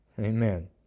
Amen